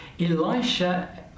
Elisha